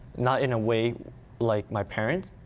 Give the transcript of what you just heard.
not in a way like my parents,